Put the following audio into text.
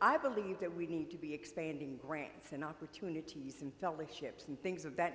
i believe that we need to be expanding grants and opportunities and fellowships and things of that